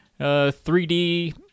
3D –